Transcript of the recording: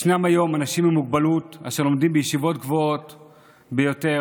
יש היום אנשים עם מוגבלות אשר לומדים בישיבות הגבוהות ביותר,